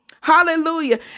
Hallelujah